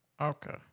Okay